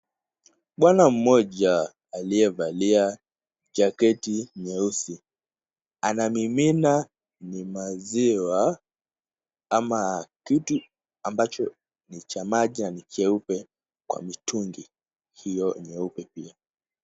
Bwana mmoja aliyevalia jacket nyeusi, anamimina ni maziwa ama kitu, ambacho ni cha maji na kieupe kwa mitungi hiyo nyeupe pia.